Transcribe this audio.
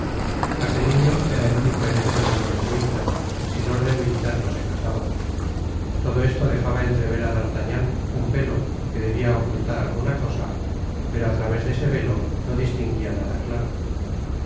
aquel niño era el único heredero de lord de winter si lord de winter no se casaba todo esto dejaba entrever á d'artagnan un velo que debia ocultar alguna cosa pero á través de ese velo no distinguia nada claro